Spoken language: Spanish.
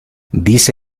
dice